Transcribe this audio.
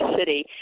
city